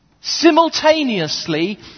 Simultaneously